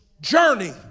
journey